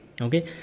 okay